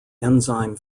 enzyme